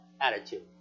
attitude